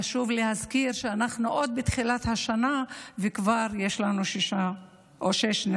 חשוב להזכיר שאנחנו עוד בתחילת השנה וכבר יש לנו שש נרצחות.